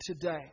today